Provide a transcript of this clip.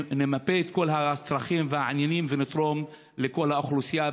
נמפה את כל הצרכים ונתרום לכל האוכלוסייה,